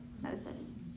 Moses